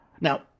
Now